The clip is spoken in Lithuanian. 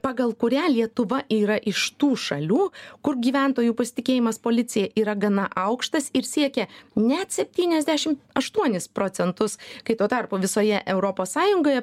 pagal kurią lietuva yra iš tų šalių kur gyventojų pasitikėjimas policija yra gana aukštas ir siekia net septyniasdešim aštuonis procentus kai tuo tarpu visoje europos sąjungoje